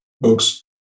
books